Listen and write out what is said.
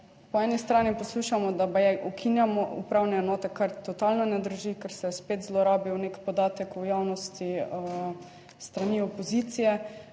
Po eni strani poslušamo, da baje ukinjamo upravne enote, kar totalno ne drži, ker se je spet zlorabil nek podatek v javnosti s strani opozicije.